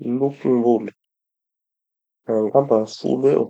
Lokom-bolo! Angamba folo eo.